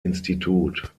institut